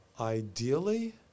ideally